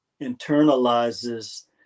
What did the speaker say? internalizes